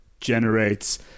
generates